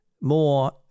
more